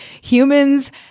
humans